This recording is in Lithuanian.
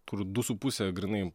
kur du su puse grynai